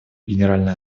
генеральной